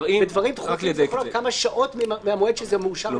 בדברים דחופים זה יכול להיות מהמועד שזה מאושר בשנייה ושלישית.